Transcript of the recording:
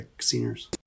seniors